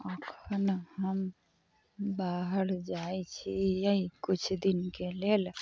अखन हम बाहर जाइ छियै किछु दिन के लेल